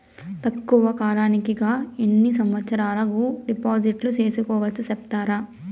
తక్కువ కాలానికి గా ఎన్ని సంవత్సరాల కు డిపాజిట్లు సేసుకోవచ్చు సెప్తారా